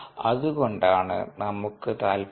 അതുകൊണ്ടാണ് നമുക്കു താല്പര്യം